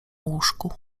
łóżku